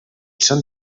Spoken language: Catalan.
són